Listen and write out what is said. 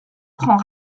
prend